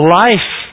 life